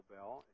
Bell